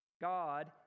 God